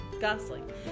Gosling